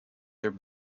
their